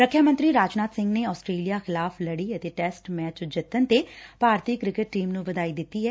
ਰੱਖਿਆ ਮੰਤਰੀ ਰਾਜਨਾਬ ਸਿੰਘ ਨੇ ਅਸਾਟੇਲੀਆ ਖਿਲਾਫ਼ ਲੜੀ ਅਤੇ ਟੈਸਟ ਮੈਚ ਜਿੱਤਣ ਤੇ ਭਾਰਤੀ ਕਿਕਟ ਟੀਮ ਨੂੰ ਵਧਾਈ ਦਿੱਤੀ ਐ